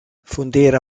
fundera